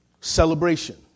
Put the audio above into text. Celebration